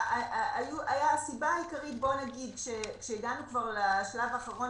הסיבה העיקרית שבגללה הגענו לשלב האחרון